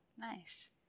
Nice